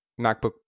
macbook